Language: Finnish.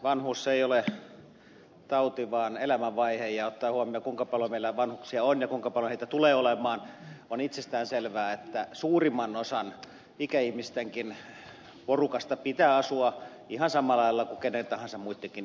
vanhuus ei ole tauti vaan elämänvaihe ja ottaen huomioon kuinka paljon meillä vanhuksia on ja kuinka paljon heitä tulee olemaan on itsestäänselvää että suurimman osan ikäihmistenkin porukasta pitää asua ihan samalla lailla kuin keiden tahansa muittenkin ihmisten